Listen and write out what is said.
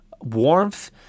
warmth